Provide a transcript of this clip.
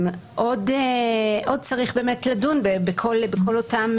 צריך עוד לדון בכל אותם